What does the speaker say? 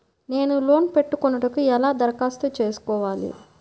నేను లోన్ పెట్టుకొనుటకు ఎలా దరఖాస్తు చేసుకోవాలి?